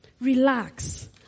Relax